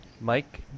Mike